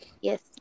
Yes